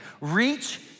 Reach